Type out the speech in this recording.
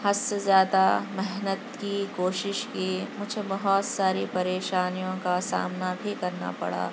حد سے زیادہ محنت کی کوشش کی مجھے بہت ساری پریشانیوں کا سامنا بھی کرنا پڑا